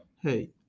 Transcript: hey